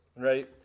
right